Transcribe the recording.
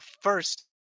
first